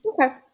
Okay